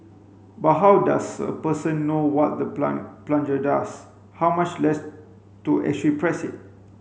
but how does a person know what the plunger does how much less to actually press it